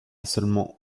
seulement